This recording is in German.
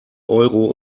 euro